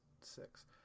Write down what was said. six